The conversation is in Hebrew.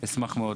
אשמח מאוד.